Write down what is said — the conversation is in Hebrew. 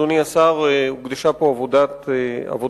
אדוני השר, הוקדשה פה עבודה רבה.